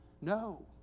No